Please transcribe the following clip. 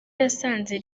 yasanze